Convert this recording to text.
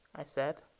i said.